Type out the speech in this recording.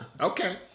Okay